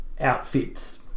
outfits